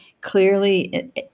clearly